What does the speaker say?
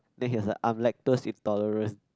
then he was like I am lactose intolerant